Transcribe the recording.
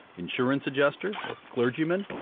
insurance adjuster or clergyman?